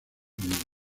unidos